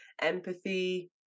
empathy